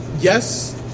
Yes